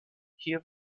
hier